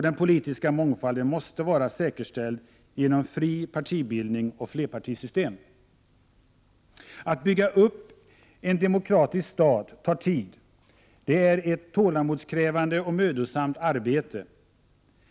— Den politiska mångfalden måste vara säkerställd genom fri partibildning och flerpartisystem. Att bygga upp en demokratisk stat tar tid. Det är ett tålamodskrävande och mödosamt arbete.